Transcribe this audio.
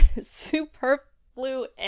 Superfluous